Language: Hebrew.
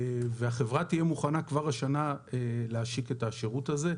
החברה תהיה מוכנה להשיק כבר השנה את השירות הזה.